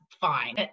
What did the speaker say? fine